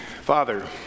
Father